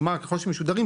כלומר ככול שמשודרים,